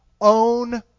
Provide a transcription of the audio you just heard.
own